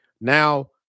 Now